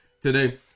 today